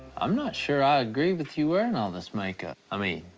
i'm not sure i agree with you wearing all this makeup. i mean,